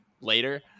later